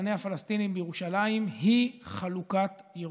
לענייני הפלסטינים בירושלים היא חלוקת ירושלים.